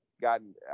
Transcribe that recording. gotten